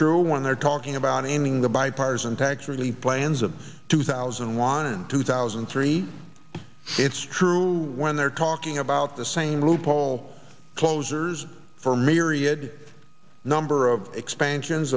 true when they're talking about ending the bipartisan tax really plans of two thousand and one and two thousand and three it's true when they're talking about the same loophole closures for myriad number of expansions